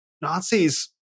Nazis